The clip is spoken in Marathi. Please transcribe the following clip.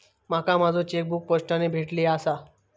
माका माझो चेकबुक पोस्टाने भेटले आसा